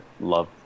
love